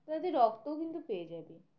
তাদের রক্তও কিন্তু পেয়ে যাবে